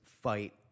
fight